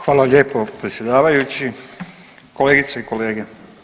Hvala lijepo predsjedavajući, kolegice i kolege.